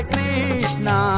Krishna